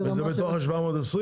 זה מתוך ה-760.